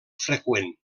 freqüent